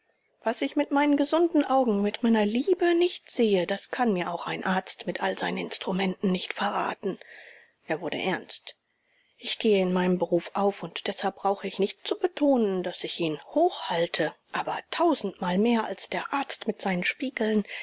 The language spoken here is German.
was ich mit meinen gesunden augen mit meiner liebe nicht sehe das kann mir auch ein arzt mit all seinen instrumenten nicht verraten er wurde ernst ich gehe in meinem beruf auf und deshalb brauche ich nicht zu betonen daß ich ihn hochhalte aber tausendmal mehr als der arzt mit seinen spiegeln